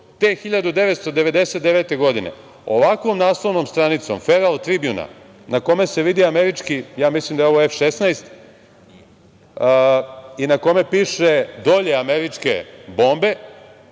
te 1999. godine ovakvom naslovnom stranicom Feral Tribjuna na kome se vidi američki, ja mislim da je ovo F16, i na kome piše „Dolje američke bombe“